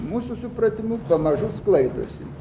mūsų supratimu pamažu sklaidosi